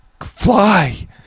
Fly